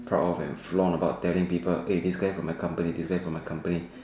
proud of and flaunt about telling people eh this guy from my company this guy from my company